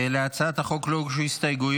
להצעת החוק לא הוגשו הסתייגויות,